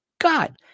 God